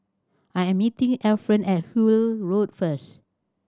I am meeting Efren at Hullet Road first